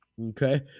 Okay